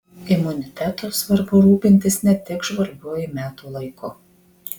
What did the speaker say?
imunitetu svarbu rūpintis ne tik žvarbiuoju metų laiku